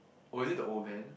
oh is it the old man